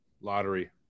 lottery